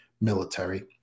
military